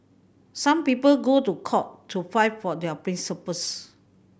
some people go to court to fight for their principles